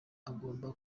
agomba